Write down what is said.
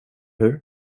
hur